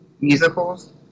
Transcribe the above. musicals